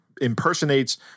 impersonates